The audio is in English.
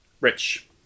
Rich